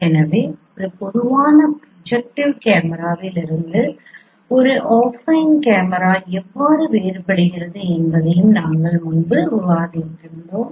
எனவே ஒரு பொதுவான ப்ரொஜெக்டிவ் கேமராவிலிருந்து ஒரு அஃபைன் கேமரா எவ்வாறு வேறுபடுகிறது என்பதையும் நாங்கள் முன்பு விவாதித்தோம்